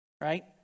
right